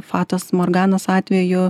fatos morganos atveju